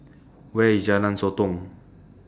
Where IS Jalan Sotong